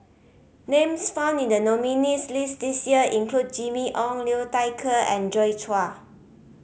names found in the nominees' list this year include Jimmy Ong Liu Thai Ker and Joi Chua